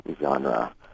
genre